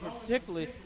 particularly